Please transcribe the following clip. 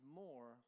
more